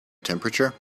temperature